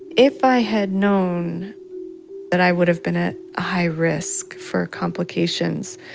if i had known that i would've been at a high risk for complications,